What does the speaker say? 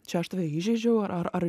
čia aš tave įžeidžiau ar ar